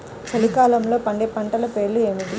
చలికాలంలో పండే పంటల పేర్లు ఏమిటీ?